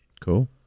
Cool